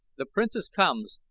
the princess comes!